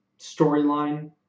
storyline